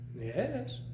yes